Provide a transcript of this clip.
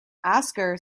oskar